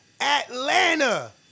Atlanta